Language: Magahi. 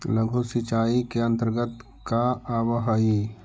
लघु सिंचाई के अंतर्गत का आव हइ?